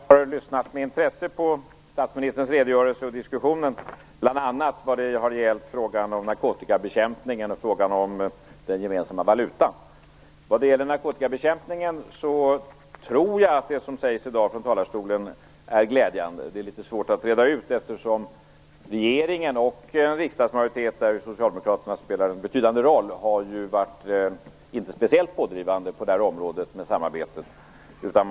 Fru talman! Jag har lyssnat med intresse på statsministerns redogörelse och på diskussionen, bl.a. vad det har gällt frågan om narkotikabekämpningen och frågan om den gemensamma valutan. Vad det gäller narkotikabekämpningen tror jag att det som sägs i dag från talarstolen är glädjande. Det är litet svårt att reda ut det. Regeringen och riksdagsmajoriteten, där ju Socialdemokraterna spelar en betydande roll, har ju inte varit speciellt pådrivande på samarbetsområdet.